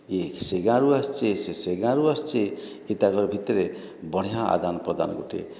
ଇଏ ସେ ଗାଁରୁ ଆସଛି ସିଏ ସେ ଗାଁରୁ ଆସଛି ଇତାଙ୍କର୍ ଭିତରେ ବଢ଼ିଆ ଆଦାନ ପ୍ରଦାନ୍ ଗୁଟିଏ